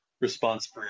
response